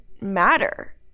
matter